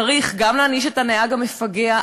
צריך גם להעניש את הנהג המפגע,